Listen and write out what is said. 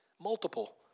Multiple